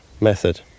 method